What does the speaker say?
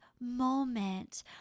moment